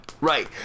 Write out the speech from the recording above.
Right